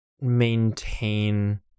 maintain